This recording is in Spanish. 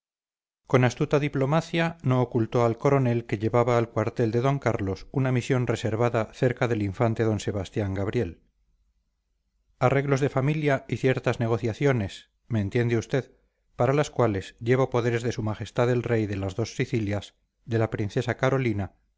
con astuta diplomacia no ocultó al coronel que llevaba al cuartel de d carlos una misión reservada cerca del infante don sebastián gabriel arreglos de familia ciertas negociaciones me entiende usted para las cuales llevo poderes de su majestad el rey de las dos sicilias de la princesa carolina